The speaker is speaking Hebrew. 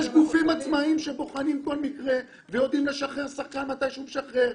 יש גופים עצמאיים שבוחנים כל מקרה ויודעים לשחרר שחקן כשצריך לשחרר.